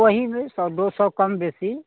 वही में सौ दो सौ कमो बेशी